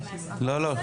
בגישה